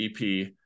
EP